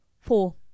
Four